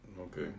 Okay